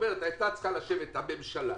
כלומר הממשלה